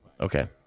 okay